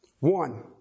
One